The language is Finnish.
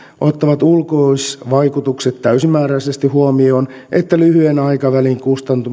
ottaa ulkoisvaikutukset täysimääräisesti huomioon että lyhyen aikavälin